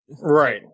Right